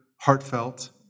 heartfelt